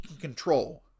control